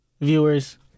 viewers